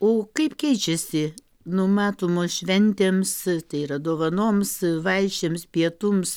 o kaip keičiasi numatomos šventėms tai yra dovanoms vaišėms pietums